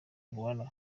rwanda